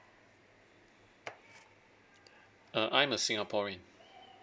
uh I'm a singaporean